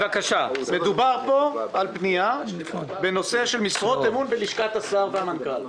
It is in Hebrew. מדובר פה על פנייה בנושא משרות אמון בלשכת השר והמנכ"ל.